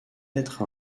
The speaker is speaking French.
être